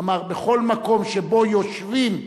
אמר: בכל מקום שבו יושבים ישראלים,